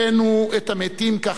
כך כתב חיים חפר.